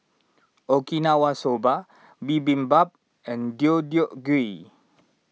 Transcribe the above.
Okinawa Soba Bibimbap and Deodeok Gui